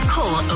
Call